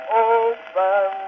open